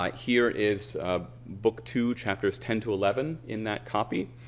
ah here is book two chapters ten to eleven in that copy.